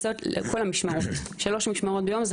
להסעות שלוש פעמים ביום.